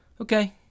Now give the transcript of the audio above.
Okay